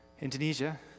Indonesia